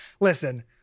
listen